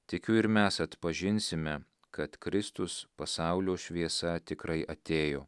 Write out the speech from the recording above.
tikiu ir mes atpažinsime kad kristus pasaulio šviesa tikrai atėjo